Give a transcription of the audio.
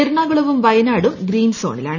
എറണാകുളവും വയനാടും ഗ്രീൻ സോണിലാണ്